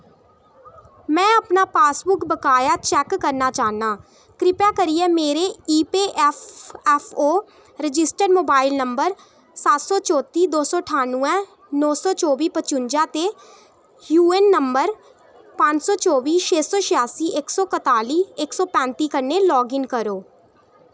में अपना पासबुक बकाया चैक्क करना चाह्न्नां किरपा करियै मेरे ईपेऐफ्फओ रजिस्टर्ड मोबाइल नंबर सत्त सौ चोत्ती दो सौ ठानुऐ नो सौ चौह्बी पचुज्जां ते यूऐन्न नंबर पंज सौ चौबी छे सौ छेआसी इक सौ कताली इक सौ पैंती कन्नै लाग इन करो